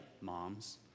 moms